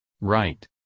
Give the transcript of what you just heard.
Right